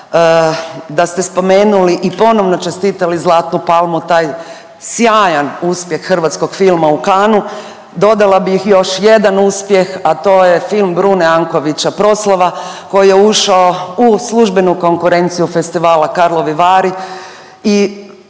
da ste spomenuli i ponovno čestitali Zlatnu palmu taj sjajan uspjeh hrvatskog filma u Cannesu. Dodala bih još jedan uspjeh, a to je film Brune Ankovića „Proslava“ koji je ušao u službenu konkurenciju festivala Karlovi Vari